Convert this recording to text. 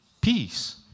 peace